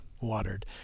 watered